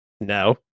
No